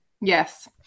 Yes